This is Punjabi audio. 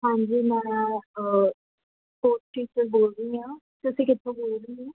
ਹਾਂਜੀ ਮੈਂ ਸਪੋਰਟਸ ਟੀਚਰ ਬੋਲ ਰਹੀ ਹਾਂ ਤੁਸੀਂ ਕਿੱਥੋਂ ਬੋਲ ਰਹੇ ਹੋ